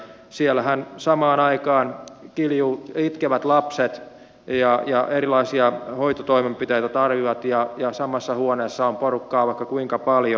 siellähän ovat samaan aikaan itkevät lapset ja erilaisia hoitotoimenpiteitä tarvitsevat ja samassa huoneessa on porukkaa vaikka kuinka paljon